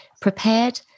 prepared